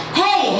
hey